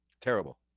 Terrible